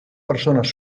persones